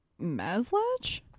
Maslach